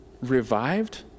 revived